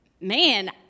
Man